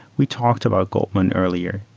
we talked about goldman earlier,